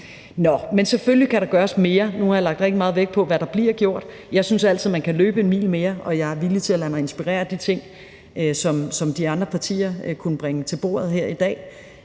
Nå, men selvfølgelig kan der gøres mere. Nu har jeg lagt rigtig meget vægt på, hvad der bliver gjort. Jeg synes altid, man kan løbe en mil mere, og jeg er villig til at lade mig inspirere af de ting, som de andre partier kunne bringe til bordet her i dag.